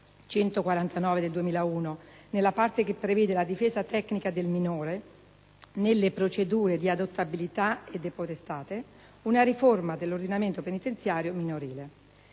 149 del 2001 nella parte che prevede la difesa tecnica del minore nelle procedure di adottabilità e *de potestate*; una riforma dell'ordinamento penitenziario minorile.